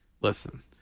Listen